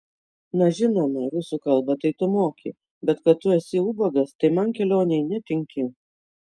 na žinoma rusų kalbą tai tu moki bet kad tu esi ubagas tai man kelionei netinki